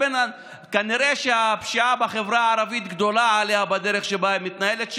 כנראה שהפשיעה בחברה הערבית גדולה עליה בדרך שבה היא מתנהלת.